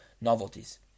novelties